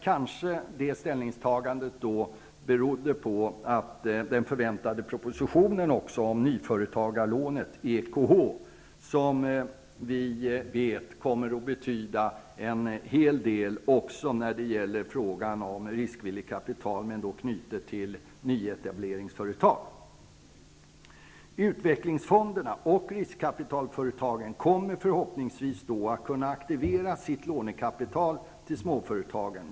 Kanske det ställningstagandet berodde på den förväntade propositionen om nyföretagarlånet, EKH, som vi vet kommer att betyda en hel del i fråga om riskvilligt kapital, men i detta fall knutet till nyetablerade företag. Utvecklingsfonderna och riskkapitalföretagen kommer förhoppningsvis att kunna aktivera sitt lånekapital till småföretagen.